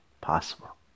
possible